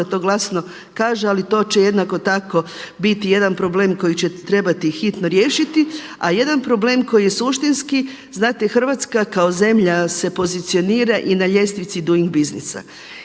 to glasno kaže. Ali to će jednako tako biti jedan problem koji će trebati hitno riješiti. A jedan problem koji je suštinski, znate Hrvatska kao zemlja se pozicionira i na ljestvici Doing Businessa.